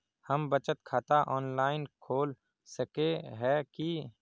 हम बचत खाता ऑनलाइन खोल सके है की?